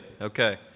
Okay